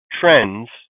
trends